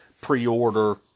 pre-order